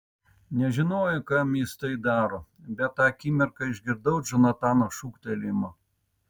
nežinojau kam jis tai daro bet tą akimirką išgirdau džonatano šūktelėjimą